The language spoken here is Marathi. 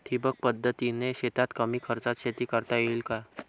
ठिबक पद्धतीने शेतात कमी खर्चात शेती करता येईल का?